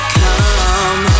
come